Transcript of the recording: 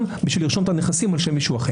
כדי לרשום את הנכסים על שם מישהו אחר.